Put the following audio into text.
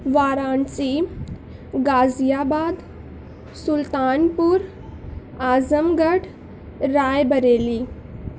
Varanasi Ghaziabad Sultanpur Azamgarh Rae Bareilly